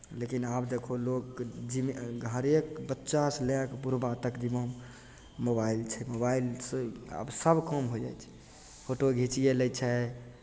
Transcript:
लेकिन आब देखौ लोकके जिम्मे हरेक बच्चासँ लए कऽ बुढ़बा तकरीबन मोबाइल छै मोबाइलसँ आब सभकाम होय जाइ छै फोटो घिचियए लै छै